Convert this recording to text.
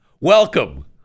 Welcome